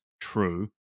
true